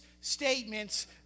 statements